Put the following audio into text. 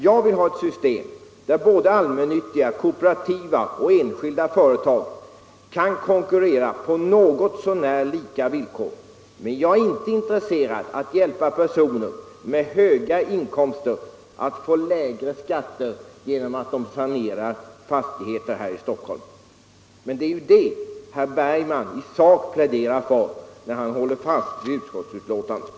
Jag vill ha ett system där både allmännyttiga, kooperativa och enskilda företag kan konkurrera på något så när lika villkor, men jag är inte intresserad av att hjälpa personer med höga inkomster att få lägre skatter genom att de sanerar fastigheter här i Stockholm. Det är emellertid detta herr Bergman i sak pläderar för när han håller fast vid förslaget i utskottsbetänkandet.